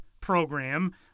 program